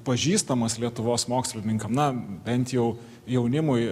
pažįstamas lietuvos mokslininkam na bent jau jaunimui